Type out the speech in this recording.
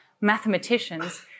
mathematicians